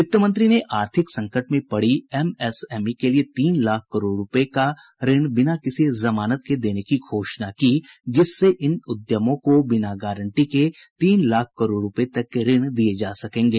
वित्त मंत्री ने आर्थिक संकट में पड़ी एमएसएमई के लिए तीन लाख करोड़ रुपये का ऋण बिना किसी जमानत के देने की घोषणा की जिससे इन उद्यमों को बिना गारंटी के तीन लाख करोड रूपए तक के ऋण दिए जा सकेंगे